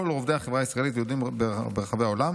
כל רובדי החברה הישראלית ויהודים ברחבי העולם